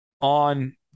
on